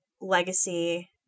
legacy